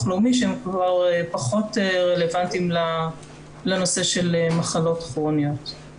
לאומי שפחות רלוונטיים לנושא של מחלות כרוניות.